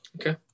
Okay